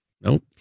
Nope